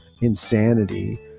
insanity